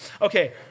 Okay